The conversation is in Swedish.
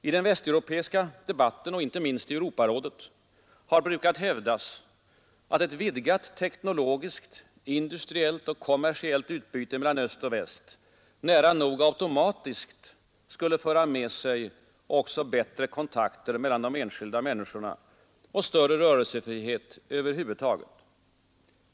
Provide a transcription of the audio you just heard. I den västeuropeiska debatten och inte minst i Europarådet har brukat hävdas att ett vidgat teknologiskt, industriellt och kommersiellt utbyte mellan öst och väst nära nog automatiskt skulle föra med sig också bättre kontakter mellan de enskilda människorna och större rörelsefrihet över huvud taget.